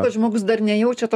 pats žmogus dar nejaučia to